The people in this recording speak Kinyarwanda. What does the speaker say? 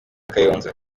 kayonza